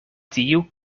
tiu